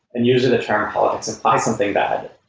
and usually the term politics imply something bad.